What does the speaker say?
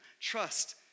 Trust